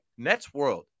Netsworld